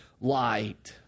light